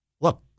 look